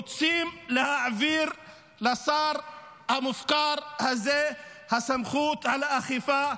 רוצים להעביר לשר המופקר הזה את הסמכות על האכיפה.